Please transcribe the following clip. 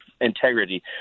integrity